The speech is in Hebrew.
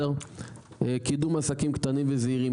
קידום עסקים קטנים וזעירים,